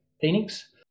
Phoenix